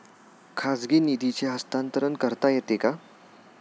खाजगी निधीचे हस्तांतरण करता येते का?